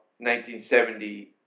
1970